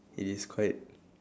it is quite